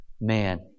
Man